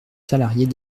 salariés